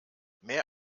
mehr